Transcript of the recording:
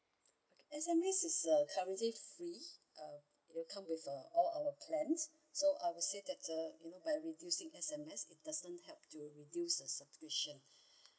S_M_S is uh currently free uh will come with uh all our plans so I will say that uh you know by reducing S_M_S it doesn't help to reduce the subscription